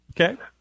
Okay